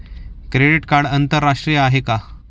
Credit card आंतरराष्ट्रीय आहे का?